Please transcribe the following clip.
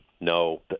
no